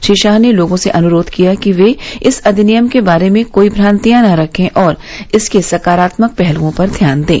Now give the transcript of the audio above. श्री शाह ने लोगों से अनुरोध किया कि वे इस अधिनियम के बारे में कोई भ्रातियां न रखें और इसके सकारात्मक पहलुओं पर ध्यान दें